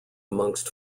amongst